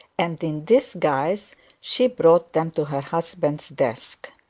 and in this guise she brought them to her husband's desk.